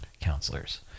counselors